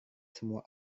semua